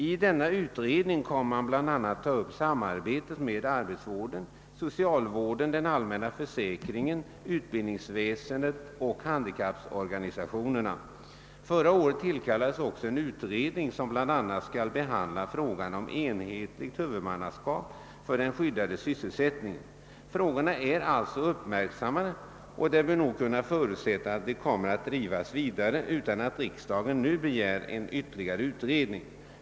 I denna utredning kommer man bl.a. att ta upp sam arbetet med arbetsvården, socialvården, den allmänna försäkringen, utbildningsväsendet och handikapporganisationerna. Förra året tillkallades också en utredning som bl.a. skall behandla frågan om ett enhetligt huvudmannaskap för den skyddade sysselsättningen. Frågorna är alltså uppmärksammade; och det bör nog kunna förutsättas att de kommer att drivas vidare utan att riksdagen nu begär en ytterligare utredning.